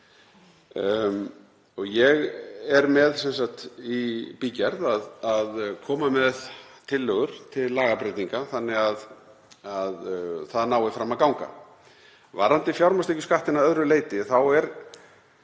Ég er með í bígerð að koma með tillögur til lagabreytinga þannig að það nái fram að ganga. Varðandi fjármagnstekjuskattinn að öðru leyti þá er